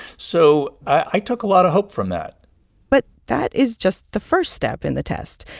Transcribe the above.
so i took a lot of hope from that but that is just the first step in the test.